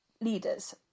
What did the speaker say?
leaders